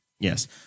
Yes